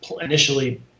initially